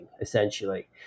essentially